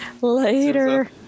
Later